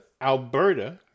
Alberta